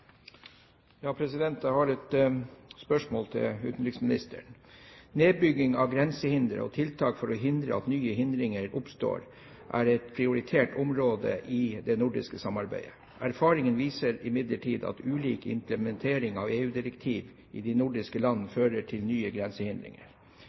til utenriksministeren: «Nedbygging av grensehindre og tiltak for å hindre at nye hindringer oppstår, er et prioritert område i det nordiske samarbeidet. Erfaring viser imidlertid at ulik implementering av EU-direktiver i de nordiske land